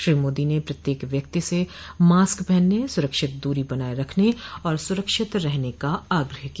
श्री मोदी ने प्रत्येक व्यक्ति से मास्क पहनने सुरक्षित दूरी बनाए रखने और सुरक्षित रहने का आग्रह किया